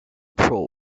throw